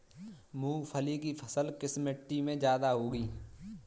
मूंगफली की फसल किस मिट्टी में ज्यादा होगी?